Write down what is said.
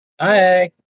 Hi